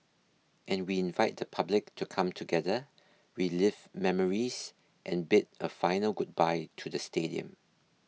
and we invite the public to come together relive memories and bid a final goodbye to the stadium